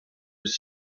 was